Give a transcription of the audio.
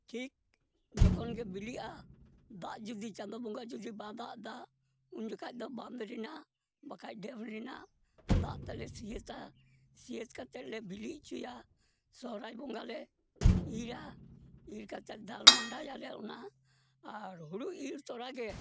ᱴᱷᱤᱠ ᱡᱚᱠᱷᱚᱱᱜᱮ ᱵᱤᱞᱤᱜᱼᱟ ᱫᱟᱜ ᱡᱩᱫᱤ ᱪᱟᱸᱫᱚ ᱵᱚᱸᱜᱟ ᱡᱩᱫᱤ ᱵᱟ ᱫᱟᱜ ᱫᱟ ᱩᱱᱡᱚᱠᱷᱟᱡ ᱫᱚ ᱵᱟᱸᱫᱽ ᱨᱮᱱᱟᱜ ᱵᱟᱠᱷᱟᱡ ᱰᱮᱢ ᱨᱮᱱᱟᱜ ᱫᱟᱜ ᱛᱮᱞᱮ ᱥᱤᱭᱟᱹᱛᱟ ᱥᱤᱭᱟᱹᱛ ᱠᱟᱛᱮᱜ ᱞᱮ ᱵᱤᱞᱤ ᱚᱪᱚᱭᱟ ᱥᱚᱨᱦᱟᱭ ᱵᱚᱸᱜᱟᱞᱮ ᱤᱻᱨᱟ ᱤᱨ ᱠᱟᱛᱮ ᱫᱟᱞᱢᱟᱰᱟᱭᱟᱞᱮ ᱚᱱᱟ ᱟᱨ ᱦᱳᱲᱳ ᱤᱨ ᱛᱚᱨᱟᱜᱮ